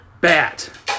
bat